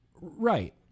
right